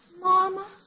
Mama